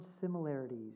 similarities